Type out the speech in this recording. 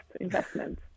investment